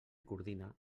coordina